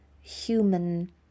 human